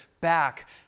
back